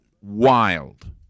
wild